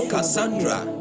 Cassandra